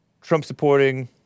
Trump-supporting